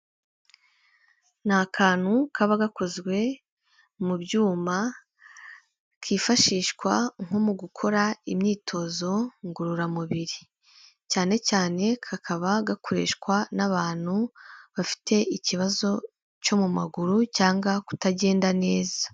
Ni akantu kaba gakozwe mu byuma kifashishwa nko mu gukora imyitozo ngororamubiri, cyane cyane kakaba gakoreshwa n'abantu bafite ikibazo cyo mu maguru cyangwa kutagenda neza.